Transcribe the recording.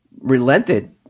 relented